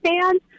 fans